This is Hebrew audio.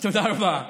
תודה רבה.